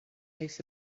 makes